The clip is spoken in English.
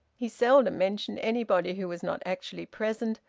he seldom mentioned anybody who was not actually present,